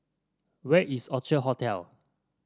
where is Orchard Hotel